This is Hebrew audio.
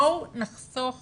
בואו נחסוך